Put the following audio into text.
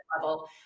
level